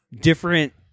different